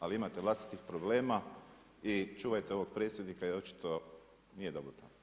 Ali imate vlastitih problema i čuvajte ovog predsjednika jer očito nije dobro tamo.